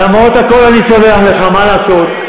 אתה אדם, למרות הכול אני סולח לך, מה לעשות.